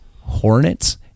hornets